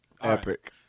Epic